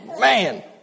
Man